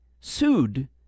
sued